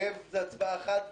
הרכב זה הצבעה אחת,